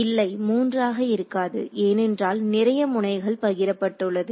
இல்லை 3 ஆக இருக்காது ஏனென்றால் நிறைய முனைகள் பகிரப்பட்டுள்ளது